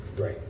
Right